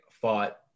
fought